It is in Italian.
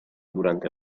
durante